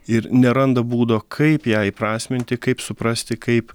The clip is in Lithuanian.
ir neranda būdo kaip ją įprasminti kaip suprasti kaip